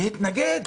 מפלגות, להתנגד?